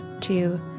two